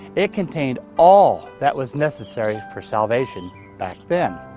it contained all that was necessary for salvation back then.